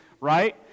Right